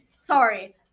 Sorry